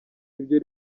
ibyo